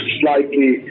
slightly